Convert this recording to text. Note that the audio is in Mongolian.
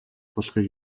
болохыг